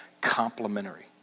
complementary